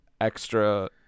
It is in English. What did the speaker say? extra